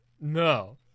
No